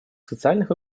социальных